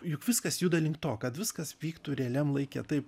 juk viskas juda link to kad viskas vyktų realiam laike taip